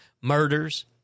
murders